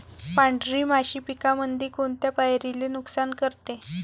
पांढरी माशी पिकामंदी कोनत्या पायरीले नुकसान करते?